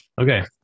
Okay